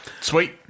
Sweet